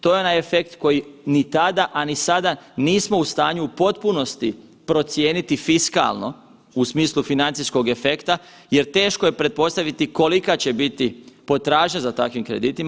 To je onaj efekt koji ni tada, a ni sada nismo u stanju u potpunosti procijeniti fiskalno u smislu financijskog efekta jer teško je pretpostaviti kolika će biti potražnja za takvim kreditima.